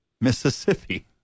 Mississippi